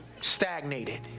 stagnated